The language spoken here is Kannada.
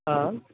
ಹಾಂ